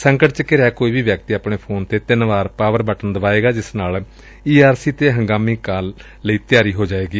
ਸੌਂਕਟ 'ਚ ਘਿਰਿਆ ਕੋਈ ਵੀ ਵਿਅਕਤੀ ਆਪਣੇ ਫੌਨ ਤੇ ਤਿੰਨ ਵਾਰ ਪਾਵਰ ਬਟਨ ਦਬਾਏਗਾ ਤੇ ਇਸ ਨਾਲ ਈ ਆਰ ਸੀ ਤੇ ਹੰਗਾਮੀ ਕਾਲ ਲਈ ਤਿਆਰ ਹੋ ਜਾਏਗਾ